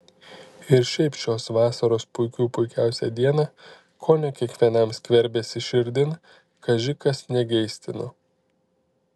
ir šiaip šios vasaros puikių puikiausią dieną kone kiekvienam skverbėsi širdin kaži kas negeistino